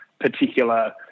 particular